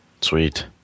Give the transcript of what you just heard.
Sweet